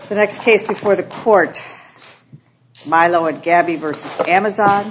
the next case before the court my lower gaby versus the amazon